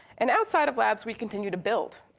and outside of labs, we continue to build.